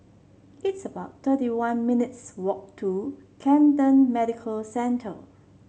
it's about thirty one minutes' walk to Camden Medical Centre